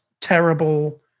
terrible